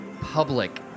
public